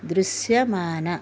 దృశ్యమాన